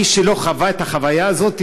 מי שלא חווה את החוויה הזאת,